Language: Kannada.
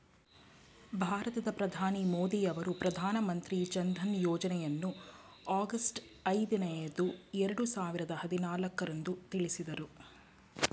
ಭಾರತದ ಪ್ರಧಾನಿ ಮೋದಿ ಅವರು ಪ್ರಧಾನ ಮಂತ್ರಿ ಜನ್ಧನ್ ಯೋಜ್ನಯನ್ನು ಆಗಸ್ಟ್ ಐದಿನೈದು ಎರಡು ಸಾವಿರದ ಹದಿನಾಲ್ಕು ರಂದು ತಿಳಿಸಿದ್ರು